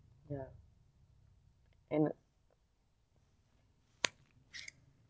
ya and